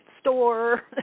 store